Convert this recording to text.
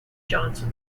johnson